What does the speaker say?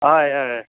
हय हय हय